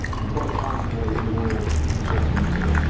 and quite possibly the world is listening, too.